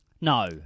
No